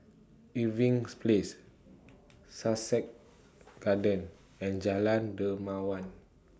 Irving's Place Sussex Garden and Jalan Dermawan